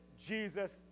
Jesus